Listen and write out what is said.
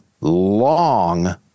long